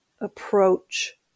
approach